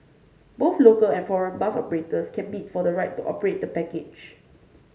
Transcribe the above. both local and foreign bus operators can bid for the right to operate the package